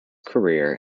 career